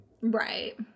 Right